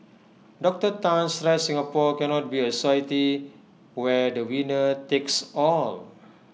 Doctor Tan stressed Singapore cannot be A society where the winner takes all